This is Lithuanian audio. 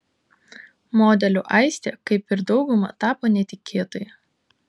modeliu aistė kaip ir dauguma tapo netikėtai